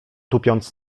tupiąc